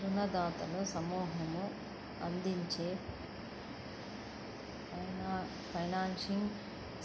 రుణదాతల సమూహం అందించే ఫైనాన్సింగ్